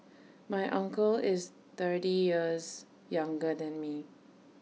my uncle is thirty years younger than me